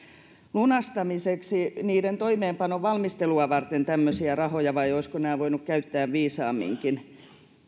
lunastamiseksi niiden toimeenpanon valmistelua varten tämmöisiä rahoja vai olisiko nämä voitu käyttää viisaamminkin